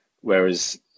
whereas